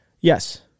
Yes